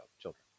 children